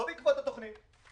לא בעקבות התוכנית.